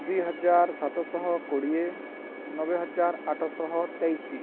ଦୁଇହଜାର ସାତଶହ କୋଡ଼ିଏ ନବେ ହଜାର ଆଠଶହ ତେଇଶି